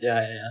ya ya ya